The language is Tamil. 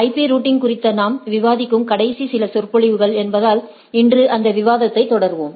ஐபி ரூட்டிங் குறித்து நாம் விவாதிக்கும் கடைசி சில பாடங்கள் என்பதால் இன்று அந்த விவாதத்தை தொடருவோம்